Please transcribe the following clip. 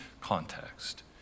context